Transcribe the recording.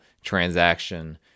transaction